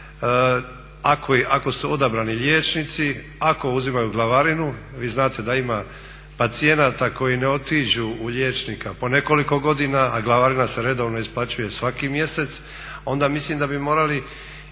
Ako su odabrani liječnici, ako uzimaju glavarinu. Vi znate da ima pacijenata koji ne otiđu u liječnika po nekoliko godina a glavarina se redovno isplaćuje svaki mjesec, onda mislim da bi morali